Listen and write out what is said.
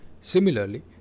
Similarly